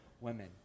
women